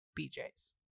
BJ's